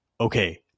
Okay